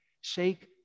Shake